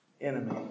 enemy